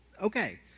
okay